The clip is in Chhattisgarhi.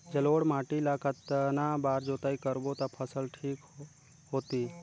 जलोढ़ माटी ला कतना बार जुताई करबो ता फसल ठीक होती?